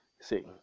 See